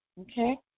Okay